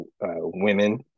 women